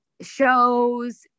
shows